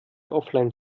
offline